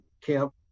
camp